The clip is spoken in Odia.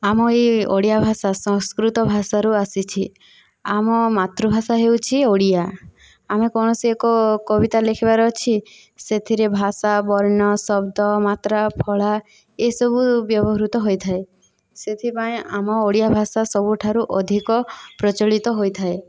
ଆମ ଏହି ଓଡ଼ିଆ ଭାଷା ସଂସ୍କୃତ ଭାଷାରୁ ଆସିଛି ଆମ ମାତୃଭାଷା ହେଉଛି ଓଡ଼ିଆ ଆମେ କୌଣସି ଏକ କବିତା ଲେଖିବାର ଅଛି ସେଥିରେ ଭାଷା ବର୍ଣ୍ଣ ଶବ୍ଦ ମାତ୍ରା ଫଳା ଏ ସବୁ ବ୍ୟବହୃତ ହୋଇଥାଏ ସେଥି ପାଇଁ ଆମ ଓଡ଼ିଆ ଭାଷା ସବୁଠାରୁ ଅଧିକ ପ୍ରଚଳିତ ହୋଇଥାଏ